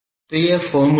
तो यह फार्मूला है